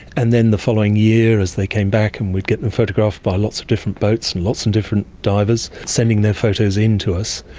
and then the following year as they came back and we'd get them photographed by lots of different boats, and lots of and different divers sending their photos in to us,